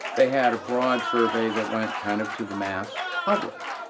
they had a broad survey that went kind of to the mass public,